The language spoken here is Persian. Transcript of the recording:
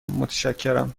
متشکرم